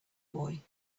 boy